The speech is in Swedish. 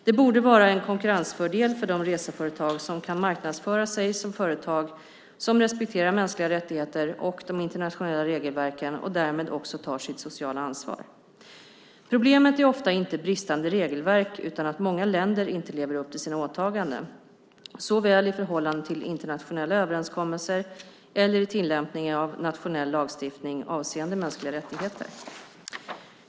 Detta borde vara en konkurrensfördel för de reseföretag som kan marknadsföra sig som företag som respekterar mänskliga rättigheter och de internationella regelverken och därmed också tar sitt sociala ansvar. Problemet är ofta inte bristande regelverk utan att många länder inte lever upp till sina åtaganden, såväl i förhållande till internationella överenskommelser som i tillämpningen av nationell lagstiftning avseende mänskliga rättigheter.